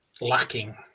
lacking